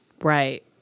Right